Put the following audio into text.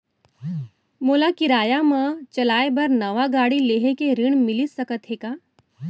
मोला किराया मा चलाए बर नवा गाड़ी लेहे के ऋण मिलिस सकत हे का?